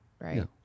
Right